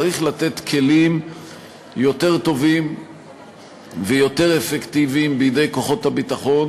צריך לתת כלים יותר טובים ויותר אפקטיביים בידי כוחות הביטחון